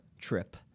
trip